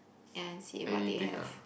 and I see what they have